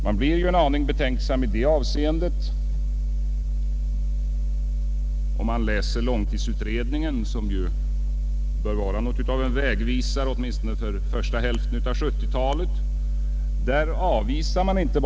Man blir ju en aning betänksam i det avseendet om man läser långtidsutredningen, som bör vara något av en vägvisare åtminstone för första hälften av 1970-talet.